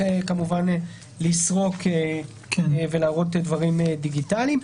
כמובן לסרוק ולהראות דברים דיגיטליים.